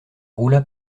roula